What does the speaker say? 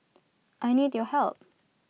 I need your help